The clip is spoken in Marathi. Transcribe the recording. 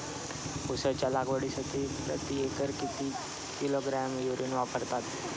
उसाच्या लागवडीसाठी प्रति एकर किती किलोग्रॅम युरिया वापरावा?